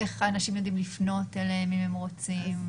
איך אנשים יודעים לפנות אליהם אם הם רוצים?